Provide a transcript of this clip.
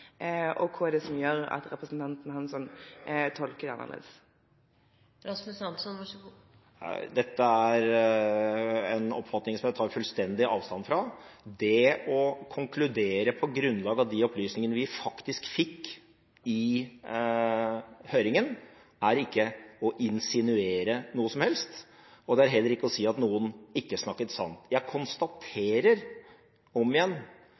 Hva er det som gjør at representanten Hansson tolker det annerledes? Dette er en oppfatning jeg tar fullstendig avstand fra. Det å konkludere på grunnlag av de opplysningene vi faktisk fikk i høringen, er ikke å insinuere noe som helst. Det er heller ikke å si at noen ikke snakket sant. Jeg konstaterer om igjen